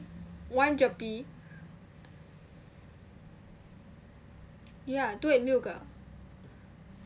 one GERPE yeah 对六个